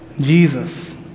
Jesus